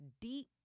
deep